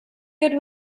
good